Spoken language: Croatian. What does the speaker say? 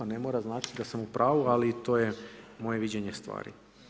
Ne mora značiti da sam u pravu, ali to je moje viđenje stvari.